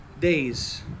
days